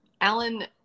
Alan